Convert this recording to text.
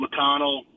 McConnell